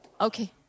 Okay